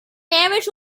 marriage